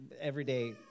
everyday